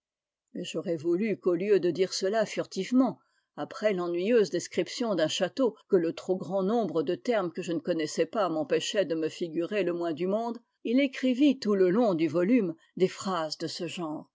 mais j'aurais voulu qu'au lieu de dire cela furtivement après l'ennuyeuse description d'un château que le trop grand nombre de termes que je ne connaissais pas m'empêchait de me figurer le moins du monde il écrivît tout le long du volume des phrases de ce genre